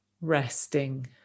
resting